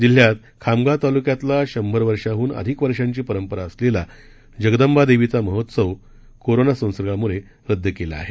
जिल्ह्यात खामगाव तालुक्यातला शंभर वर्षाडून अधिक वर्षांची परंपरा असलेला जगदंबा देवीचा महोत्सव शांती महोत्सव कोरोना संसर्गामुळे रद्द केला आहे